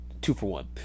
two-for-one